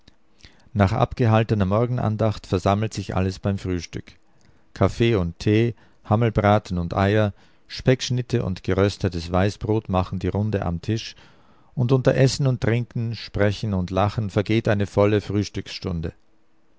nach abgehaltener morgenandacht versammelt sich alles beim frühstück kaffee und tee hammelbraten und eier speckschnitte und geröstetes weißbrot machen die runde am tisch und unter essen und trinken sprechen und lachen vergeht eine volle